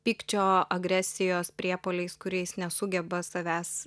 pykčio agresijos priepuoliais kuriais nesugeba savęs